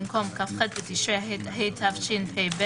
במקום "כ"ח בתשרי התשפ"ב